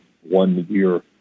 one-year